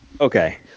okay